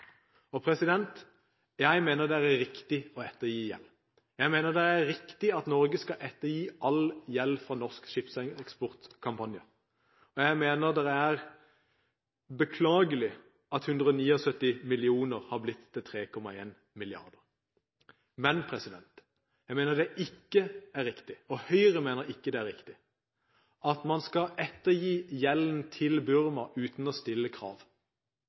Jeg mener det er riktig å ettergi gjeld, og at det er riktig at Norge skal ettergi all gjeld fra norsk skipseksportkampanje. Det er beklagelig at 179 mill. kr har blitt til 3,1 mrd. kr. Høyre mener det likevel ikke er riktig at man skal ettergi gjelden til Burma uten å stille krav.